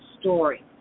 story